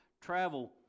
travel